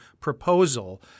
proposal